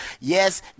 Yes